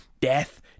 Death